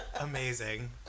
Amazing